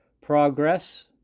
progress